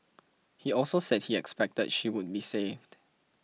he also said he expected she would be saved